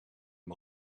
het